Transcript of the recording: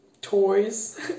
toys